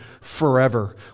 forever